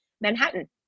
Manhattan